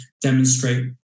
demonstrate